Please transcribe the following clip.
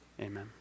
Amen